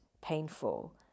painful